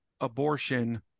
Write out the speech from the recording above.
abortion